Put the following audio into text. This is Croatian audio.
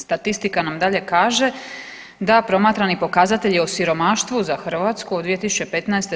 Statistika nam dalje kaže da promatrani pokazatelji o siromaštvu za Hrvatsku od 2015.